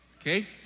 okay